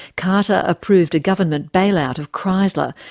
carter approved a government bail-out of chrysler,